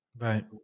right